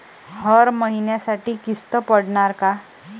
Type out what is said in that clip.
हर महिन्यासाठी किस्त पडनार का?